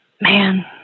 Man